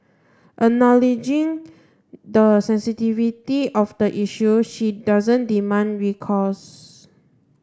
acknowledging the sensitivity of the issue she doesn't demand recourse